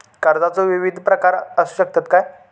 कर्जाचो विविध प्रकार असु शकतत काय?